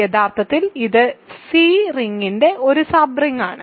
യഥാർത്ഥത്തിൽ ഇത് C റിങ്ങിന്റെ ഒരു സബ് റിങ്ങാണ്